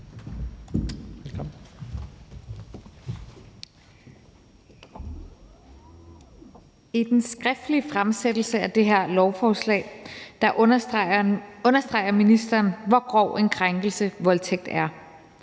I den skriftlige fremsættelse af det her lovforslag understreger ministeren, hvor grov en krænkelse voldtægt er.